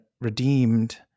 redeemed